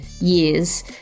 years